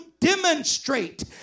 Demonstrate